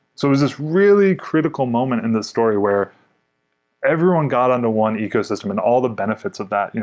so it's this really critical moment in this story where everyone got on to one ecosystem and all the benefits of that.